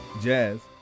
Jazz